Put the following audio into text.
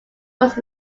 was